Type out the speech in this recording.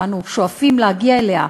שאנו שואפים להגיע אליה,